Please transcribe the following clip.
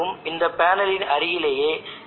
எனவே நாம் ஒரு ரெஃபரன்ஸ் செல்லை வைத்திருக்க வேண்டும்